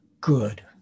good